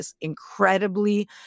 incredibly